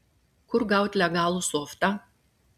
kur gaut legalų softą